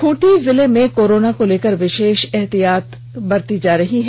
खूंटी जिले में कोरोना को लेकर विशेष एहतियात बरती जा रही है